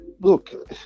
look